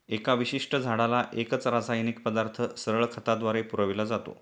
एका विशिष्ट झाडाला एकच रासायनिक पदार्थ सरळ खताद्वारे पुरविला जातो